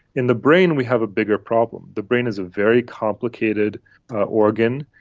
in the brain we have a bigger problem. the brain is a very complicated organ.